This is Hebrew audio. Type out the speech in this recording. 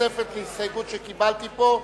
תוספת להסתייגות שקיבלתי פה,